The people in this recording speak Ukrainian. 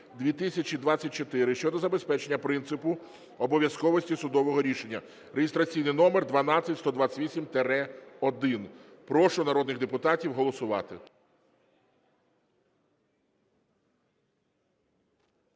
щодо забезпечення принципу обов’язковості судового рішення (реєстраційний номер 12128-1). Прошу народних депутатів голосувати.